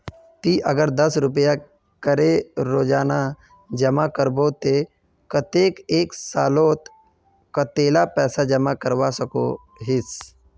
ती अगर दस रुपया करे रोजाना जमा करबो ते कतेक एक सालोत कतेला पैसा जमा करवा सकोहिस?